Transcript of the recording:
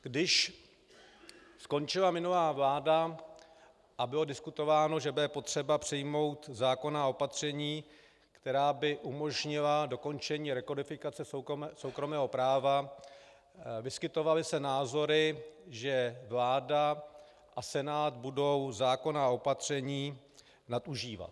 Když skončila minulá vláda a bylo diskutováno, že bude potřeba přijmout zákonná opatření, která by umožnila dokončení rekodifikace soukromého práva, vyskytovaly se názory, že vláda a Senát budou zákonná opatření nadužívat.